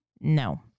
No